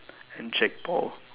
and jake-paul